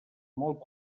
molt